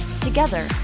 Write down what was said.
Together